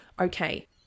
okay